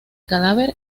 cadáver